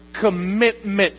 commitment